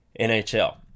NHL